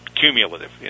cumulative